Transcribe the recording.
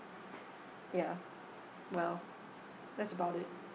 ya well that's about it